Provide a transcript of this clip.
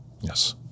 Yes